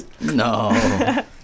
No